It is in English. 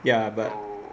ya but